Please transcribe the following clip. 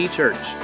Church